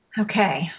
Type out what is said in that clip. Okay